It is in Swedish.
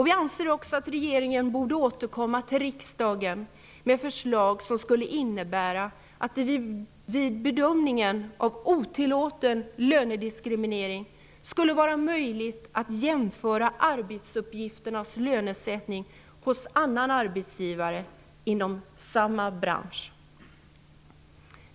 Vi anser också att regeringen borde återkomma till riksdagen med förslag som skulle innebära att det vid bedömningen av otillåten lönediskriminering skulle vara möjligt att jämföra arbetsuppgifternas lönesättning hos någon annan arbetsgivare inom samma bransch.